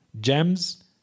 gems